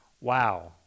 Wow